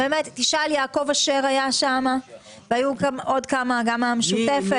תשאל את יעקב אשר שהיה שם ועוד כמה גם מהמשותפת.